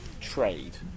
trade